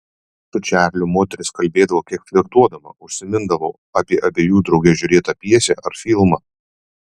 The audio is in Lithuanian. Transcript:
su čarliu moteris kalbėdavo kiek flirtuodama užsimindavo apie abiejų drauge žiūrėtą pjesę ar filmą